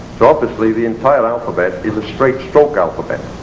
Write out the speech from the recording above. so obviously the entire alphabet is a straight stroke alphabet,